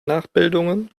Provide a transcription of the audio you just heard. nachbildungen